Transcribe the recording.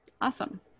Awesome